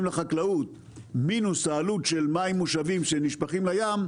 לחקלאים מינוס העלות של מים מושבים שנשפכים לים,